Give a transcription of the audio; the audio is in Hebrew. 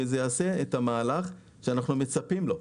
זה יעשה את המהלך שאנחנו מצפים לו.